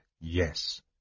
Yes